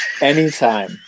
Anytime